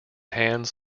hands